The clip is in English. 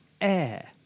Air